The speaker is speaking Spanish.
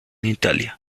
italia